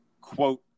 quote